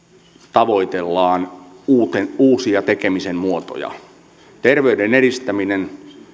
tavoitellaan uusia tekemisen muotoja terveyden edistäminen